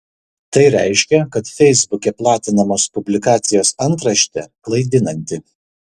tai reiškia kad feisbuke platinamos publikacijos antraštė klaidinanti